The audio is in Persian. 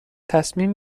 تصمیم